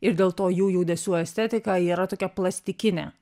ir dėl to jų judesių estetika yra tokia plastikinė